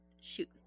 shoot